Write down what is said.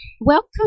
Welcome